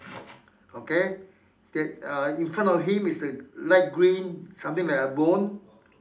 okay K uh in front of him is a light green something like a bone